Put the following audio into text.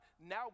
now